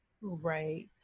Right